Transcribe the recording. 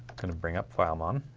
kind of bring up file mom